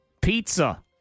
pizza